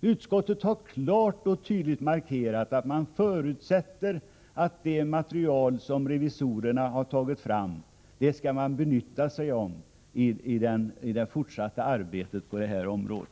Utskottet har klart och tydligt markerat att det förutsätter att det material som revisorerna har tagit fram skall utnyttjas i det fortsatta arbetet på detta område.